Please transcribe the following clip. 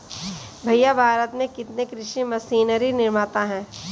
भैया भारत में कितने कृषि मशीनरी निर्माता है?